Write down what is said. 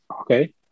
Okay